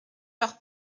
leur